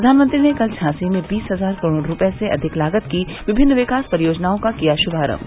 प्रधानमंत्री ने कल झांसी में बीस हजार करोड़ रुपये से अधिक लागत की विभिन्न विकास परियोजनाओं का किया शुभारम्म